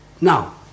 Now